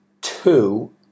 two